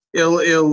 ele